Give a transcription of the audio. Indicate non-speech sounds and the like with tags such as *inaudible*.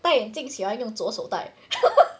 戴眼镜喜欢用左手戴 *laughs*